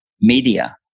media